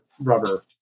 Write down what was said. rubber